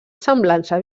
semblança